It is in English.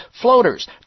floaters